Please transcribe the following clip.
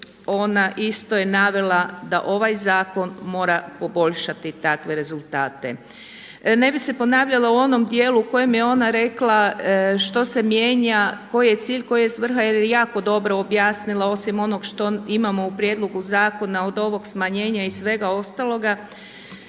ona isto je navela da ovaj zakon mora poboljšati takve rezultate. Ne bi se ponavljala u onom dijelu u kojem je ona rekla što se mijenja, koji je cilj, koja je svrha jer je jako dobro objasnila osim onog što imamo u prijedlogu zakona od ovog smanjenja i svega ostaloga,